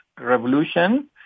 revolution